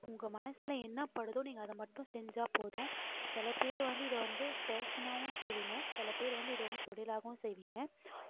உங்கள் மனதில் என்னப்படுதோ நீங்கள் அதை மட்டும் செஞ்சால் போதும் சில பேரு வந்து இதை வந்து பேஷனாகவும் செய்வீங்க சில பேரு வந்து இது வந்து தொழிலாகவும் செய்வீங்க